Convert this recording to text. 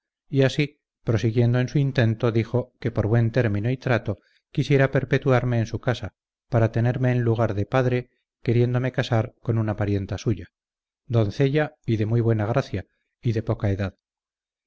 y así prosiguiendo en su intento dijo que por buen término y trato quisiera perpetuarme en su casa para tenerme en lugar de padre queriéndome casar con una parienta suya doncella y de muy buena gracia y de poca edad